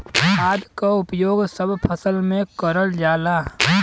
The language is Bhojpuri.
खाद क उपयोग सब फसल में करल जाला